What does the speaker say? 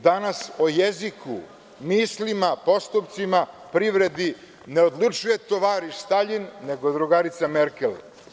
Danas o jeziku, mislima, postupcima, privredi ne odlučuje tovariš Staljin nego drugarica Merkel.